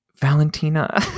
Valentina